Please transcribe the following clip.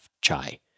chai